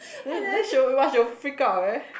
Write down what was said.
don't don't show me what's your freak out eh